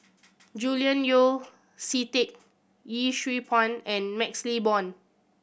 Julian Yeo See Teck Yee Siew Pun and MaxLe Blond